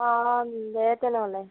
অ' দে তেনেহ'লে